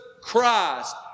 Christ